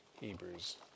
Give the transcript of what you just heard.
Hebrews